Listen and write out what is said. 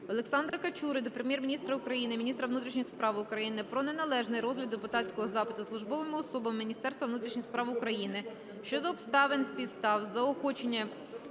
Олександра Качури до Прем'єр-міністра України, міністра внутрішніх справ України про неналежний розгляд депутатського запиту службовими особами Міністерства внутрішніх справ України щодо обставин й підстав заохочення